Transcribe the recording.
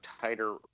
tighter